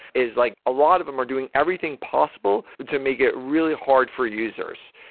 is like a lot of them are doing everything possible to make it really hard for users.